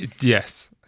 Yes